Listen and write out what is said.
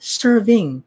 serving